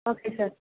okay sir